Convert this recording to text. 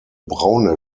braune